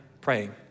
praying